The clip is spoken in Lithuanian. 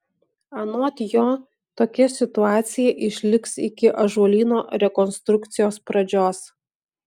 anot jo tokia situacija išliks iki ąžuolyno rekonstrukcijos pradžios